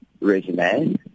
resume